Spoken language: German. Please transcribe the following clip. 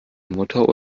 mutter